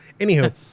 anywho